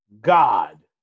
God